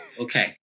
Okay